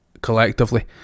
collectively